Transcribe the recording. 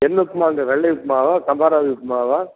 என்ன உப்புமாங்க வெள்ளை உப்புமாவா சம்பா ரவை உப்புமாவா